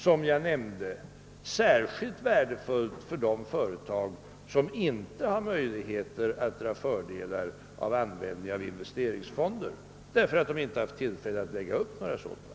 Särskilt värdefullt skulle det, som jag nämnde, vara för de företag som inte har möjligheter att dra fördel av användningen av investeringsfonder helt enkelt därför att de inte har tillgång till några sådana.